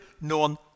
known